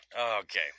okay